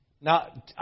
Now